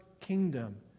kingdom